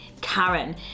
karen